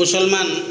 ମୁସଲମାନ୍